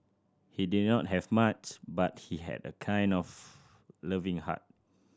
he did not have much but he had a kind of loving heart